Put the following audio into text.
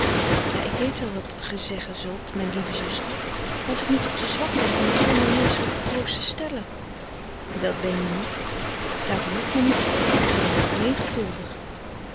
ja ik weet wel wat ge zeggen zult mijn lieve zuster maar als ik nu toch te zwak ben om t zonder menschelijke troost te stellen dat ben je niet daarvoor hoeft men niet sterk te zijn alleen geduldig